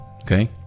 okay